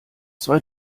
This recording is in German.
zwei